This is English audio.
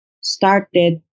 started